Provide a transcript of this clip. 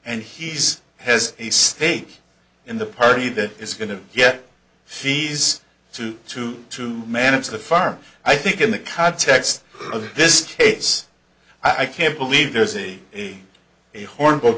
and he's has a stake in the party that is going to get these two to to manage the farm i think in the context of this case i can't believe there's a horrible